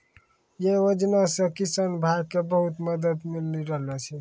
यै योजना सॅ किसान भाय क बहुत मदद मिली रहलो छै